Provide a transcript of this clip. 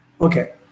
Okay